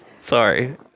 Sorry